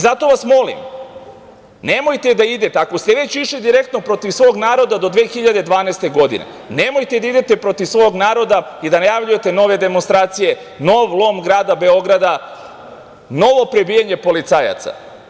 Zato vas molim, nemojte da idete, ako ste već išli direktno protiv svog naroda do 2012. godine, nemojte da idete protiv svog naroda i da najavljujete nove demonstracije, nov lom grada Beograda, novo prebijanje policajaca.